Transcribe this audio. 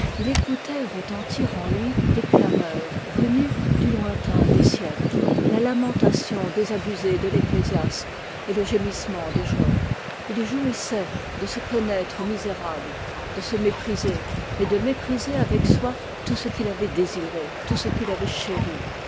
écoutait retenir en lui des clameurs venues du lointain des siècles la lamentation désabusée de l'ecclésiaste et le gémissement de job il jouissait de se connaître misérable de se mépriser et de mépriser avec soi tout ce qu'il avait chéri